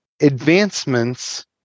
advancements